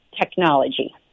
technology